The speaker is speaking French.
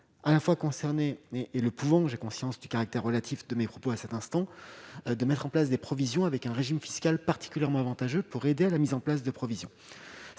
à la fois concernés et le pouvons j'ai conscience du caractère relatif de mes propos, à cet instant, de mettre en place des provisions avec un régime fiscal particulièrement avantageux pour aider à la mise en place de provisions,